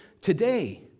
today